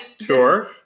Sure